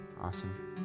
Awesome